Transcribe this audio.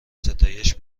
ستایش